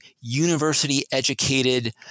university-educated